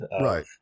Right